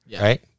Right